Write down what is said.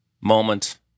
moment